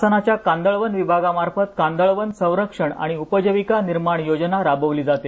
शासनाच्या कांदळवन विभागामार्फत कांदाळवन संरक्षण आणि उपजीविका निर्माण योजना राबविली जाते